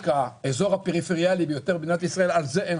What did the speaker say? האזור הפריפריאלי ביותר במדינת ישראל על זה אין